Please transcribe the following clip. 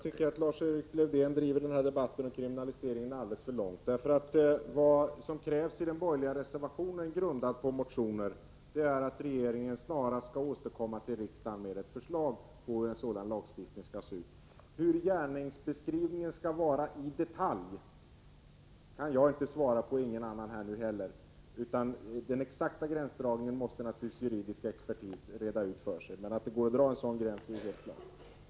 Herr talman! Lars-Erik Lövdén driver debatten om kriminalisering alldeles för långt. Vad som krävs i den borgerliga reservationen, som är grundad på motioner, är att regeringen snarast skall återkomma till riksdagen med ett förslag till hur en sådan lagstiftning skall se ut. Frågan om hur gärningsbeskrivningen i detalj skall vara kan inte jag eller någon annan svara på nu. Den exakta gränsdragningen måste naturligtvis juridisk expertis reda ut, men att det går att dra en sådan gräns är helt klart.